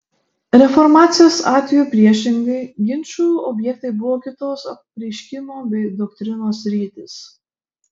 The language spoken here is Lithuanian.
reformacijos atveju priešingai ginčų objektai buvo kitos apreiškimo bei doktrinos sritys